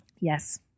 Yes